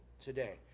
today